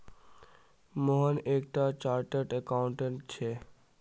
मोहन एक टा chartered accountant छे